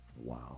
Wow